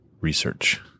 research